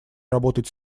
работать